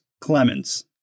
Clemens